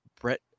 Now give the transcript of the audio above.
Brett